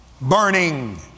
Burning